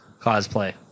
cosplay